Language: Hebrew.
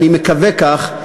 אני מקווה כך,